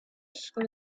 sur